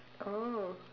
oh